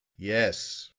yes,